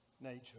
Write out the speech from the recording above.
nature